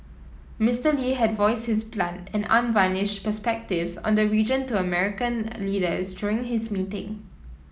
Mister Lee had voiced his blunt and unvarnished perspectives on the region to American leaders during his meeting